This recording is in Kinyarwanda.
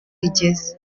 igeze